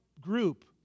group